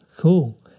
Cool